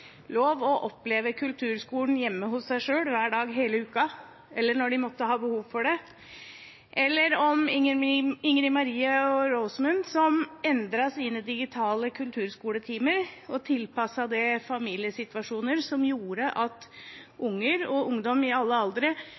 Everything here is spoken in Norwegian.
lov til å oppleve kulturskolen hjemme hos seg selv hver dag hele uken, eller når de måtte ha behov for det. Og jeg vil fortelle om Ingrid-Marie og Rosamund, som endret sine digitale kulturskoletimer og tilpasset dem familiesituasjoner, noe som gjorde at unger og ungdom i alle aldre